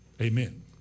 Amen